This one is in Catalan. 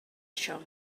això